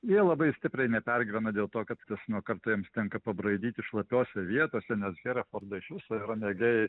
jie labai stipriai nepergyvena dėl to kad karts nuo karto jiems tenka pabraidyti šlapiose vietose nes herefordai iš viso yra mėgėjai